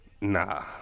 Nah